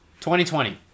2020